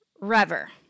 Rever